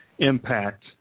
Impact